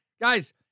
guys